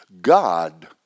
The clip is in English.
God